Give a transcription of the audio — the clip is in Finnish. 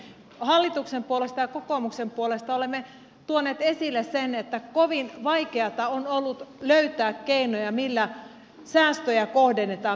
hallituksen puolesta ja kokoomuksen puolesta olemme tuoneet esille sen että kovin vaikeata on ollut löytää keinoja millä säästöjä kohdennetaan